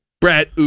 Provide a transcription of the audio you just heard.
Brett